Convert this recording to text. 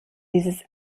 dieses